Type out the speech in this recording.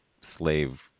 slave